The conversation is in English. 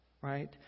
right